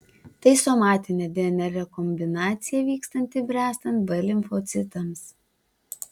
tai somatinė dnr rekombinacija vykstanti bręstant b limfocitams